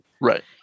right